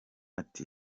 ati